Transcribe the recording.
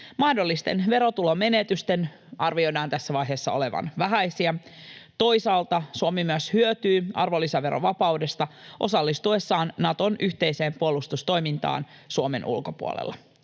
Mahdollisten verotulomenetysten arvioidaan tässä vaiheessa olevan vähäisiä. Toisaalta Suomi myös hyötyy arvonlisäverovapaudesta osallistuessaan Naton yhteiseen puolustustoimintaan Suomen ulkopuolella.